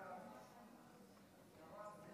כבוד